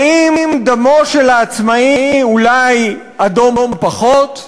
האם דמו של העצמאי אולי אדום פחות?